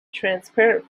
transparent